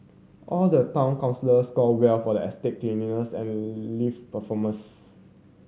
all the town scored well for the estate cleanliness and lift performance